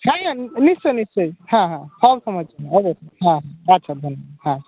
হ্যাঁ নিশ্চয়ই নিশ্চয়ই হ্যাঁ হ্যাঁ সব সময়ের জন্য অবশ্যই হ্যাঁ আচ্ছা ধন্যবাদ হ্যাঁ